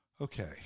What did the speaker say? Okay